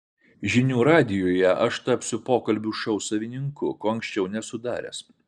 žinių radijuje aš tapsiu pokalbių šou savininku ko anksčiau nesu daręs